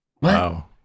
Wow